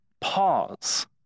Pause